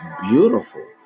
beautiful